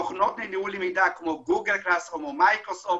תוכנות לניהול מידע כמו גוגל קלאס או מיקרוסופט,